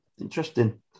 Interesting